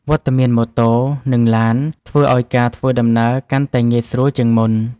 វត្តមានម៉ូតូ និងឡាន ធ្វើឱ្យការធ្វើដំណើរកាន់តែងាយស្រួលជាងមុន។